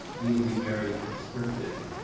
we will be very proscriptive